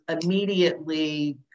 immediately